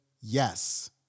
yes